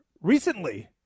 recently